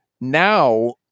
Now